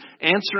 answering